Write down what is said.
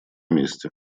месте